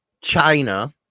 China